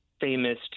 famous